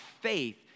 faith